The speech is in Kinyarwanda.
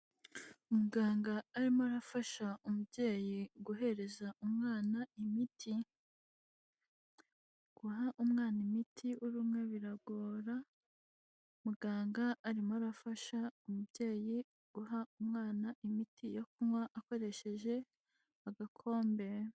Muganga arimo arafasha umubyeyi guhereza umwana imiti. Guha umwana imiti uri umwe biragora, muganga arimo arafasha umubyeyi guha umwana imiti yo kunywa akoresheje agakombe.